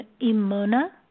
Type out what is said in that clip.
Imona